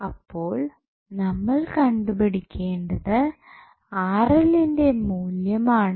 അപ്പോൾ നമ്മൾ കണ്ടുപിടിക്കേണ്ടത് ന്റെ മൂല്യം ആണ്